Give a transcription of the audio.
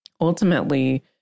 ultimately